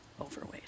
overweight